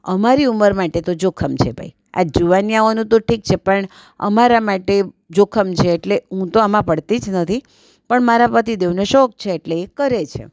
અમારી ઉંમર માટે તો જોખમ છે ભાઈ આ જુવાનિયાઓનું તો ઠીક છે પણ અમારા માટે જોખમ છે એટલે હું તો આમાં પડતી જ નથી પણ મારા પતિદેવને શોખ છે એટલે એ કરે છે